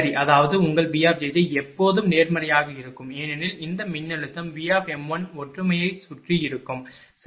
அதாவது உங்கள் b எப்போதும் நேர்மறையாக இருக்கும் ஏனெனில் இந்த மின்னழுத்தம் V ஒற்றுமையைச் சுற்றி இருக்கும் சரி